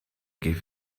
gave